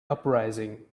uprising